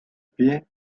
pie